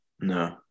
No